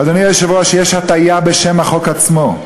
אדוני היושב-ראש, יש הטעיה בשם החוק עצמו: